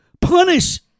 Punish